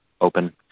open